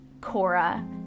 Cora